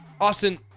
Austin